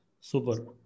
Super